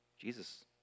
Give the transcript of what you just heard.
Jesus